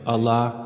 Allah